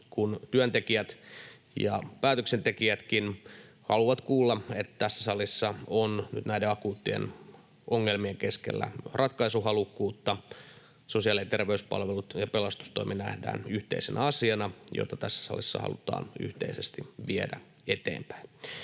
kuin työntekijät ja päätöksentekijätkin haluavat kuulla, että tässä salissa on nyt näiden akuuttien ongelmien keskellä ratkaisuhalukkuutta. Sosiaali- ja terveyspalvelut ja pelastustoimi nähdään yhteisenä asiana, jota tässä salissa halutaan yhteisesti viedä eteenpäin.